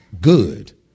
good